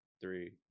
three